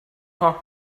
her